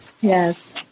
Yes